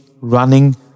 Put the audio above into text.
running